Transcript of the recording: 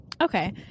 okay